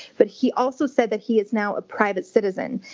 but he also said that he is now a private citizen.